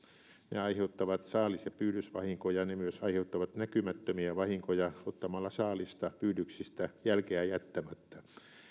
ne aiheuttavat saalis ja pyydysvahinkoja ne myös aiheuttavat näkymättömiä vahinkoja ottamalla saalista pyydyksistä jälkeä jättämättä